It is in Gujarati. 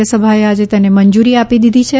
રાજ્યસભાએ આજે તેને મંજૂરી આપી દીધી છે